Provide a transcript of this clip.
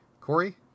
Corey